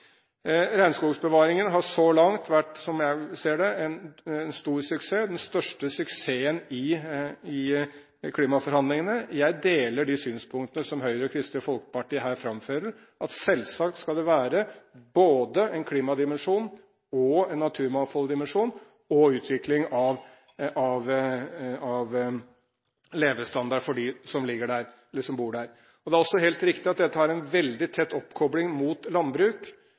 Regnskogsbevaringen har så langt vært, som jeg ser det, en stor suksess, den største suksessen i klimaforhandlingene. Jeg deler de synspunktene som Høyre og Kristelig Folkeparti her framfører, at selvsagt skal det være både en klimadimensjon og en naturmangfoldsdimensjon og utvikling av levestandard for dem som bor der. Det er også helt riktig at dette har en veldig tett oppkobling mot landbruk,